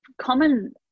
common